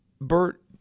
Bert